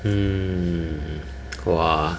mm !wah! good ah